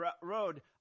road